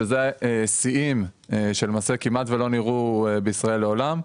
שאלה שיאים שלמעשה כמעט ולא נראו בישראל מעולם.